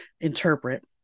interpret